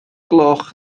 gloch